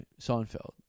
Seinfeld